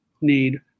need